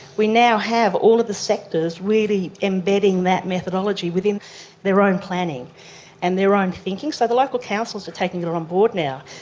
we now have all of the sectors really embedding that methodology within their own planning and their own thinking. so the local councils are taking it on board now.